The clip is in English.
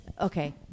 Okay